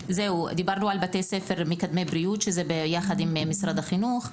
דיברנו על בתי ספר מקדמי בריאות שזה יחד עם משרד החינוך.